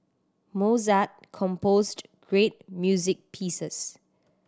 Mozart composed great music pieces